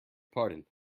pardon